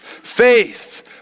faith